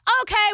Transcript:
okay